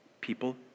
people